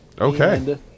okay